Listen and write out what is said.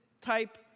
type